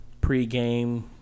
pre-game